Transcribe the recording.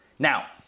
Now